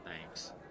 Thanks